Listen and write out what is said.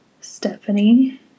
Stephanie